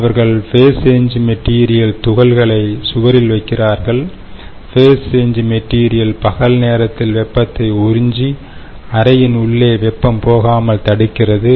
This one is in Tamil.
அவர்கள் ஃபேஸ் சேஞ் மெட்டீரியல் துகள்களை சுவரில் வைக்கிறார்கள் ஃபேஸ் சேஞ் மெட்டீரியல் பகல் நேரத்தில் வெப்பத்தை உறிஞ்சிஅறையின் உள்ளே வெப்பம் போகாமல் தடுக்கிறது